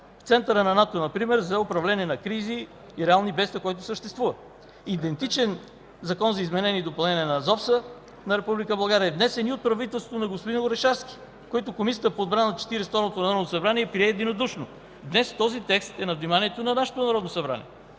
центъра на НАТО, например, за управление на кризи и реални бедствия, който съществува. Идентичен Закон за изменение и допълнение на ЗОВС на Република България е внесен и от правителството на господин Орешарски, което Комисията по отбраната на Четиридесет и второто народно събрание прие единодушно. Днес този текст е на вниманието на нашето Народно събрание.